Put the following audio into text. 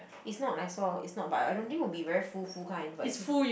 it's not like nice lor it's not but I don't think would be very full full kind of but it's